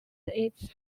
its